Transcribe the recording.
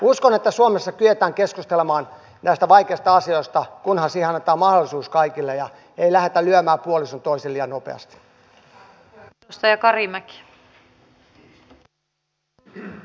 uskon että suomessa kyetään keskustelemaan näistä vaikeista asioista kunhan siihen annetaan mahdollisuus kaikille ja ei lähdetä lyömään puolin sun toisin liian nopeasti